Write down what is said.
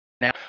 now